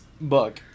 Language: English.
book